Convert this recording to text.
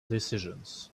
decisions